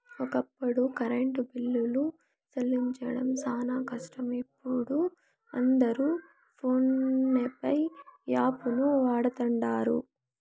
ఒకప్పుడు కరెంటు బిల్లులు సెల్లించడం శానా కష్టం, ఇపుడు అందరు పోన్పే యాపును వాడతండారు